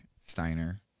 Steiner